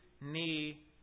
knee